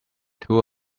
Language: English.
two